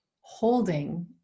holding